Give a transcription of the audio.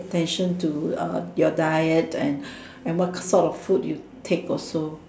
attention to uh your diet and and what kind of food you take also